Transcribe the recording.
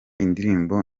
indirimbo